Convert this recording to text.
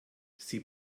sie